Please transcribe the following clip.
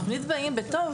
התוכנית "באים בטוב",